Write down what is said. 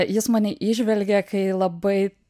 jis mane įžvelgė kai labai